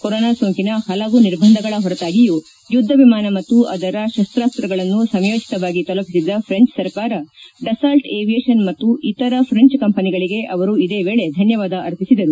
corona ಸೋಂಕಿನ ಪಲವು ನಿರ್ಬಂಧಗಳ ಹೊರತಾಗಿಯೂ ಯುದ್ಧ ವಿಮಾನ ಮತ್ತು ಅದರ ಶಸ್ತ್ರಾಸ್ತ್ರಗಳನ್ನು ಸಮಯೋಚಿತವಾಗಿ ತಲುಪಿಸಿದ ಫ್ರೆಂಚ್ ಸರ್ಕಾರ ಡಸಾಲ್ಟ್ ಏವಿಯೇಷನ್ ಮತ್ತು ಇತರ ಫ್ರೆಂಚ್ ಕಂಪನಿಗಳಿಗೆ ಅವರು ಇದೇ ವೇಳೆ ಧನ್ನವಾದ ಅರ್ಪಿಸಿದರು